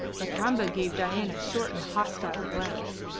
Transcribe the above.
lakamba gave dain a short and hostile glance.